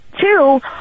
Two